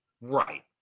Right